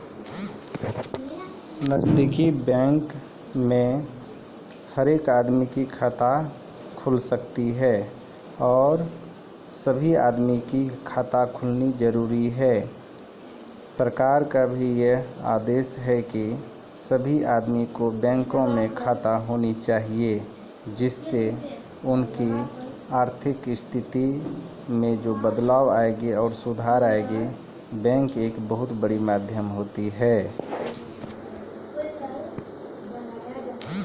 सभ्भे आदमी अपनो कामो के हिसाब से बचत खाता खुलबाबै सकै छै